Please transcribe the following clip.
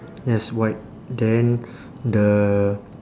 yes white then the